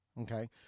Okay